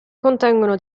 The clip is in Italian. contengono